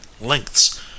lengths